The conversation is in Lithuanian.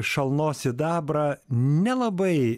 šalnos sidabrą nelabai